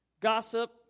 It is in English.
gossip